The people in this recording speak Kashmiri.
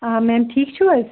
آ مٮ۪م ٹھیٖک چھو حظ